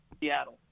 Seattle